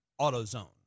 AutoZone